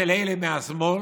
אצל אלה מהשמאל: